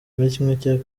muri